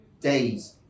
days